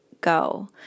go